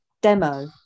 demo